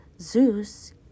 Zeus